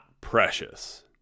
precious